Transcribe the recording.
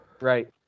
right